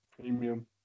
premium